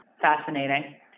Fascinating